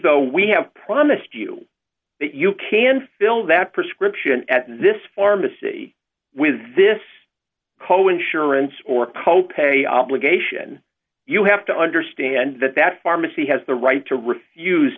though we have promised you that you can fill that prescription at this pharmacy with this co insurance or co pay obligation you have to understand that that pharmacy has the right to refuse